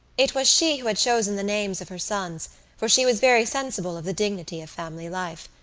it was she who had chosen the name of her sons for she was very sensible of the dignity of family life.